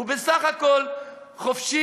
הוא בסך הכול חופשי,